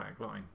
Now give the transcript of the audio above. backline